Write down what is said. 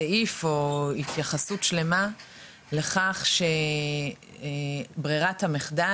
סעיף או התייחסות שלמה לכך שברירת המחדל